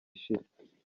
ishira